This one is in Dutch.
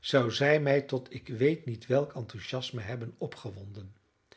zou zij mij tot ik weet niet welk enthousiasme hebben opgewonden